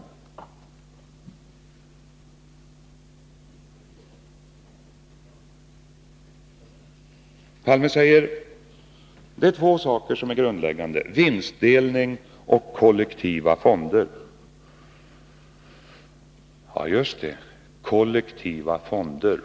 Olof Palme säger att två saker är grundläggande, nämligen vinstdelningen och de kollektiva fonderna. Ja, just det — kollektiva fonder.